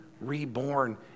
reborn